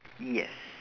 yes